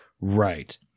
Right